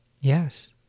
Yes